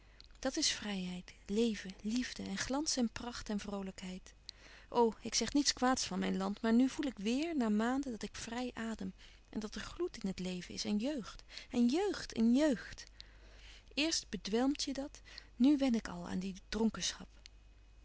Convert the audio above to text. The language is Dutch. dat is vrijheid leven liefde en glans en pracht en vroolijkheid o ik zeg niets kwaads van mijn land maar nu voel ik weêr na maanden dat ik vrij adem en dat er gloed in het leven is en jeugd en jeugd en jeugd eerst bedwelmtje dat nu wen ik al aan die